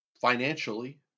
financially